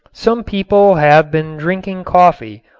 some people have been drinking coffee,